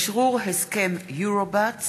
אשרור הסכם Eurobats